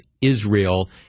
Israel